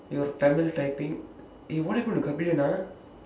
your Tamil typing eh what happened to ah